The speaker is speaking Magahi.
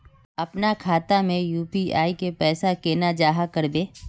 अपना खाता में यू.पी.आई के पैसा केना जाहा करबे?